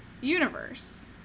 universe